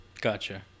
Gotcha